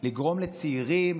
לגרום לצעירים,